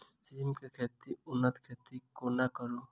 सिम केँ उन्नत खेती कोना करू?